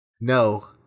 No